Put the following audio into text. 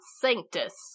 Sanctus